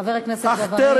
חבר הכנסת ג'בארין,